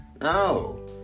no